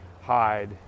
hide